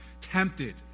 Tempted